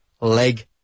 leg